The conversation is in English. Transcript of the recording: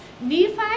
Nephi